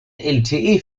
lte